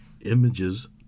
images